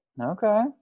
okay